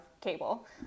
cable